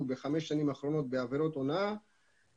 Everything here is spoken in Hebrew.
בחמש השנים האחרונות בעבירות הונאה,